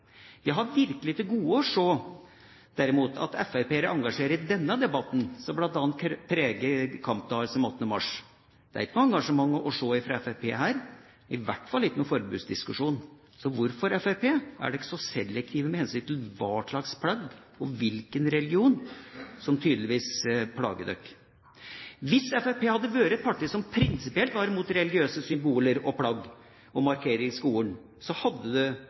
Jeg har derimot virkelig til gode å se at FrP-ere engasjerer seg i denne debatten, som bl.a. preger kampdager som 8. mars. Det er ikke noe engasjement å se fra Fremskrittspartiet her, i hvert fall ikke noen forbudsdiskusjon. Hvorfor er dere i Fremskrittspartiet så selektive med hensyn til hva slags plagg og hvilken religion som tydeligvis plager dere? Hvis Fremskrittspartiet hadde vært et parti som prinsipielt var imot religiøse symboler, plagg og markeringer i skolen, hadde